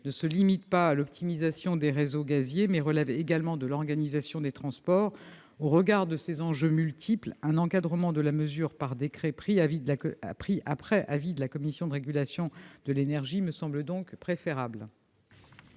ne se limitent pas à l'optimisation des réseaux gaziers, mais relèvent également de l'organisation des transports. Au regard de ces enjeux multiples, un encadrement de la mesure par décret pris après avis de la Commission de régulation de l'énergie me semble préférable.